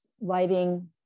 lighting